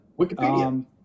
Wikipedia